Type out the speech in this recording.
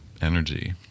energy